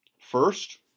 First